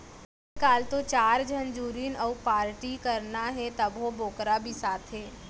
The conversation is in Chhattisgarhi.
आजकाल तो चार झन जुरिन अउ पारटी करना हे तभो बोकरा बिसाथें